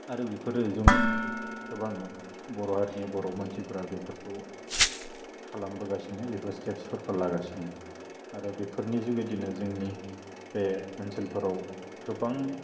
आरो बेफोरो जों गोबां बर' हारिनि बर' मानसिफ्रा बेफोरखौ खालामबोगासिनो बेफोर स्टेपबसफोरखौ लागासिनो आरो बेफोरनि जुगिदेनो जोंनि बे ओनसोलफ्राव गोबां